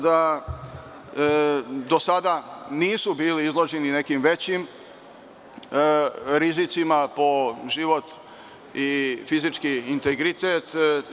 Do sada nisu bili izloženi nekim većim rizicima po život i fizički integritet.